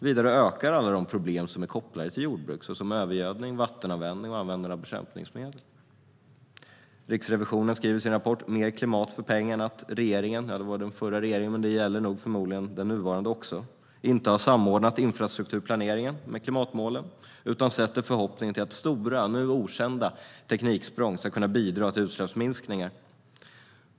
Vidare ökar alla de problem som är kopplade till jordbruk, såsom övergödning, vattenanvändning och användande av bekämpningsmedel. Riksrevisionen skriver i sin rapport K limat för pengarna att regeringen - den förra regeringen, men det gäller förmodligen den nuvarande också - inte har samordnat infrastrukturplaneringen med klimatmålen utan sätter förhoppningen till att stora, nu okända, tekniksprång ska kunna bidra till utsläppsminskningar.